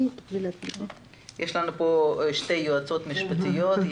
יש לנו פה שתי יועצות משפטיות.